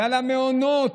ועל המעונות.